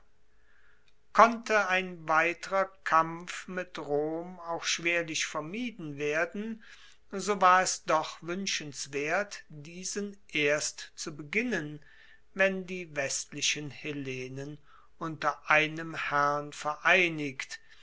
konnte ein weiterer kampf mit rom auch schwerlich vermieden werden so war es doch wuenschenswert diesen erst zu beginnen wenn die westlichen hellenen unter einem herrn vereinigt